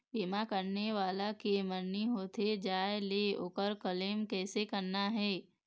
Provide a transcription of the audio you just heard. बीमा करने वाला के मरनी होथे जाय ले, ओकर क्लेम कैसे करना हे?